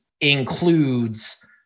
includes